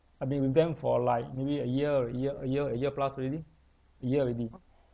I've been with them for like maybe a year a year a year a year plus already a year already